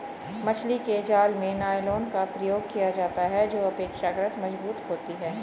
मछली के जाल में नायलॉन का प्रयोग किया जाता है जो अपेक्षाकृत मजबूत होती है